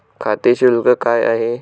खाते शुल्क काय आहे?